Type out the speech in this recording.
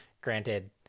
Granted